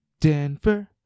Denver